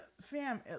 fam